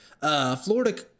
Florida